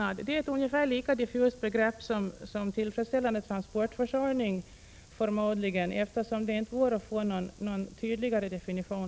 Det är förmodligen ett ungefär lika diffust begrepp som ”tillfredsställande transportförsörjning”, eftersom det inte går att få någon bättre definition.